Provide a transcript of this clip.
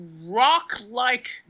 rock-like